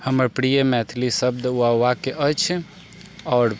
हमर प्रिय मैथिली शब्द वऽ वाक्य अछि आओर